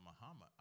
Muhammad